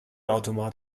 automat